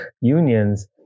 unions